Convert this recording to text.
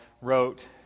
wrote